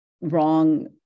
wrong